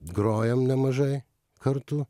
grojom nemažai kartu